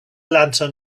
lantern